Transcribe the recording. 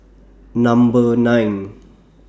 Number nine